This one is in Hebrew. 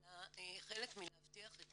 אלא חלק מלהבטיח את